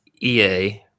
EA